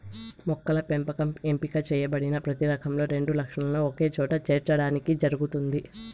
మొక్కల పెంపకం ఎంపిక చేయబడిన ప్రతి రకంలో రెండు లక్షణాలను ఒకచోట చేర్చడానికి జరుగుతుంది